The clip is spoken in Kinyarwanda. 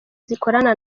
zikorana